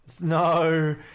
No